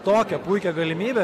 tokią puikią galimybę